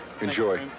Enjoy